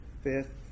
fifth